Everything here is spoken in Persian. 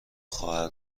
خواهر